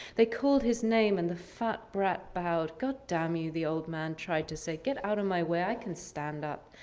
they called his name and the fat brat bowed. god damn you, the old man tried to say, get out of my way, i can stand up.